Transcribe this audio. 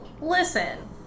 Listen